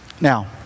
Now